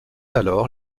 alors